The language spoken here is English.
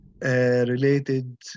Related